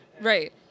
right